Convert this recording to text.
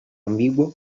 ambiguo